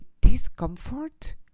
discomfort